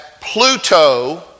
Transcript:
Pluto